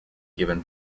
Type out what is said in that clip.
given